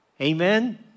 Amen